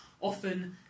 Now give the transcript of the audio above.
often